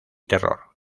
terror